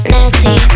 Nasty